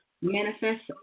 manifest